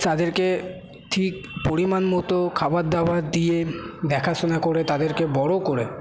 তাদেরকে ঠিক পরিমাণ মতো খাবারদাবার দিয়ে দেখাশোনা করে তাদেরকে বড়ো করে